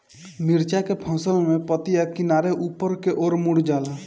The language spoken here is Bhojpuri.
मिरचा के फसल में पतिया किनारे ऊपर के ओर मुड़ जाला?